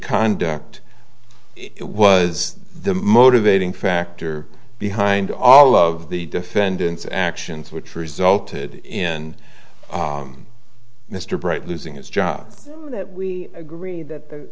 conduct it was the motivating factor behind all of the defendant's actions which resulted in mr bright losing his job that we agree that